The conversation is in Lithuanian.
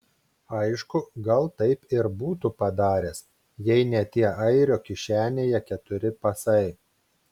aišku gal taip ir būtų padaręs jei ne tie airio kišenėje keturi pasai